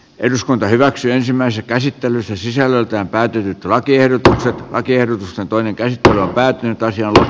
eduskunta hyväksyi ensimmäisen käsittelyssä sisällöltään täytyy tulla kiertämässä lakiehdotusta toinen kehtona päättynyttä ja